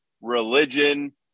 religion